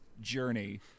journey